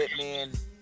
Hitman